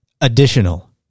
additional